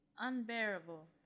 unbearable